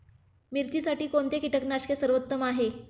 मिरचीसाठी कोणते कीटकनाशके सर्वोत्तम आहे?